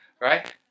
Right